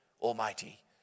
Almighty